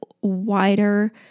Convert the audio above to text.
wider